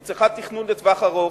היא צריכה תכנון לטווח ארוך,